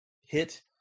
hit